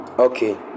Okay